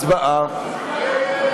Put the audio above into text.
הצבעה.